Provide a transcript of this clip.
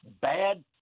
bad